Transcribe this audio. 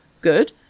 good